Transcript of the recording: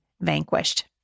vanquished